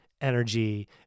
energy